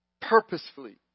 purposefully